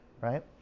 right